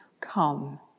come